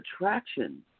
attraction